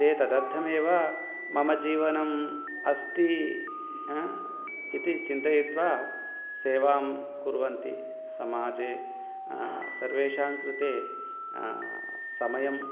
ते तदर्थमेव मम जीवनम् अस्ति हा इति चिन्तयित्वा सेवां कुर्वन्ति समाजे सर्वेषां कृते समयम्